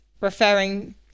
referring